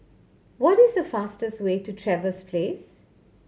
what is the fastest way to Trevose Place